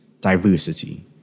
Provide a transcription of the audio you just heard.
diversity